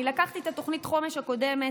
אני לקחתי את תוכנית החומש הקודמת